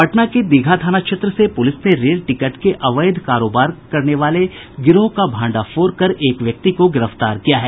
पटना के दीघा थाना क्षेत्र से पूलिस ने रेल टिकट के अवैध कारोबार करने वाले गिरोह का भांडाफोड़ कर एक व्यक्ति को गिरफ्तार किया है